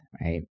right